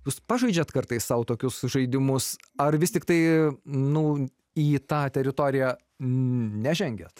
jūs pažeidžiat kartais sau tokius žaidimus ar vis tiktai nu į tą teritoriją nežengiat